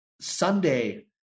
sunday